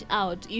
out